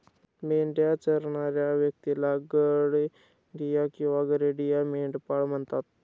मेंढी चरणाऱ्या व्यक्तीला गडेडिया किंवा गरेडिया, मेंढपाळ म्हणतात